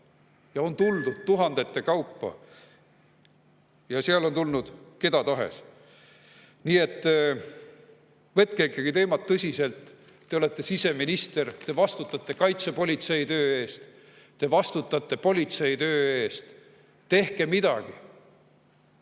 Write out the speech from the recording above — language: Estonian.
ja on tuldud tuhandete kaupa. Ja sealt on tulnud keda tahes. Nii et võtke ikka teemat tõsiselt! Te olete siseminister, te vastutate kaitsepolitsei töö eest, te vastutate politsei töö eest. Tehke midagi!